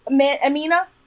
amina